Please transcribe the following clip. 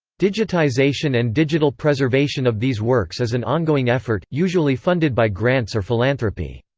digitization and digital preservation of these works is an ongoing effort, usually funded by grants or philanthropy.